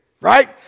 right